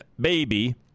baby